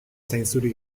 zainzuri